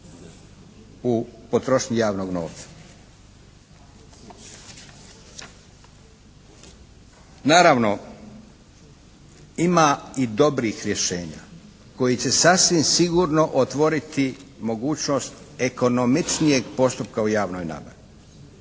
u potrošnji javnog novca. Naravno ima i dobrih rješenja koja će sasvim sigurno otvoriti mogućnost ekonomičnijeg postupka u javnoj nabavi.